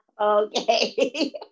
Okay